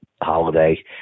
Holiday